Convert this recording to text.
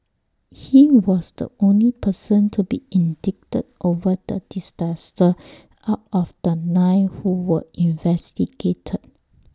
he was the only person to be indicted over the disaster out of the nine who were investigated